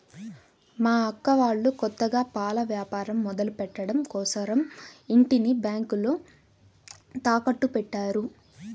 మా అక్క వాళ్ళు కొత్తగా పాల వ్యాపారం మొదలుపెట్టడం కోసరం ఇంటిని బ్యేంకులో తాకట్టుపెట్టారు